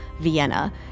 Vienna